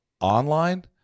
online